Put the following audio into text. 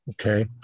Okay